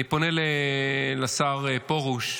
אני פונה לשר פרוש,